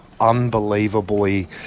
unbelievably